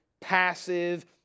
passive